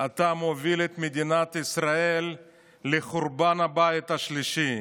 אתה מוביל את מדינת ישראל לחורבן הבית השלישי.